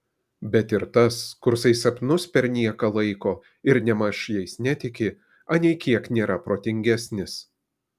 bet ir tas kursai sapnus per nieką laiko ir nėmaž jais netiki anei kiek nėra protingesnis